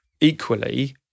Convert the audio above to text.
equally